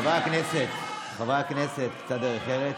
חברי הכנסת, חברי הכנסת, קצת דרך ארץ.